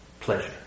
pleasure